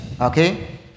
Okay